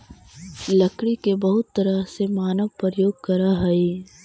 लकड़ी के बहुत तरह से मानव प्रयोग करऽ हइ